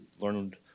learned